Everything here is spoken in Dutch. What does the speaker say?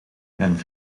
mijn